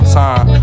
time